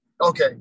Okay